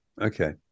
okay